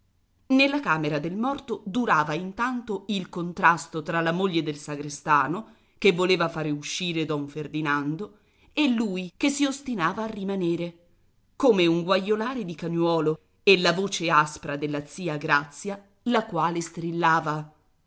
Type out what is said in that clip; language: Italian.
nella camera del morto durava intanto il contrasto fra la moglie del sagrestano che voleva farne uscire don ferdinando e lui che si ostinava a rimanere come un guaiolare di cagnuolo e la voce aspra della zia grazia la quale strillava